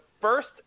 first